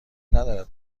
ندارد